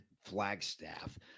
Flagstaff